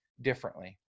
differently